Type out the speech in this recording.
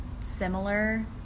similar